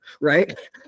right